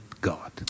God